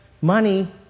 money